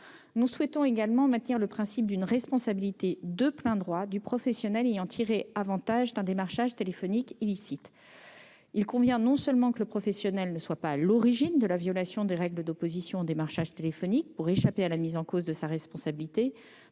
Nous souhaitons également maintenir le principe d'une responsabilité de plein droit du professionnel ayant tiré avantage d'un démarchage téléphonique illicite. Il convient non seulement que le professionnel ne soit pas à l'origine de la violation des règles d'opposition au démarchage téléphonique pour échapper à la mise en cause de sa responsabilité,